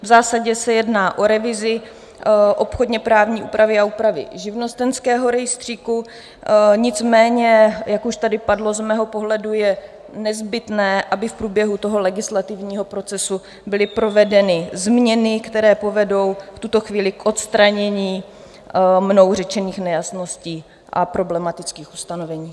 V zásadě se jedná o revizi obchodněprávní úpravy a úpravy živnostenského rejstříku, nicméně jak už tady padlo, z mého pohledu je nezbytné, aby v průběhu legislativního procesu byly provedeny změny, které povedou v tuto chvíli k odstranění mnou řečených nejasností a problematických ustanovení.